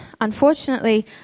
unfortunately